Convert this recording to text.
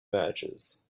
matches